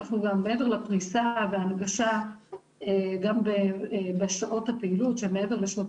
מעבר לפריסה ולהנגשה גם בשעות הפעילות שהן מעבר לשעות